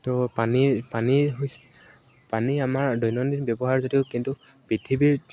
ত' পানী পানী হৈছে পানী আমাৰ দৈনন্দিন ব্যৱহাৰ যদিও কিন্তু পৃথিৱীৰ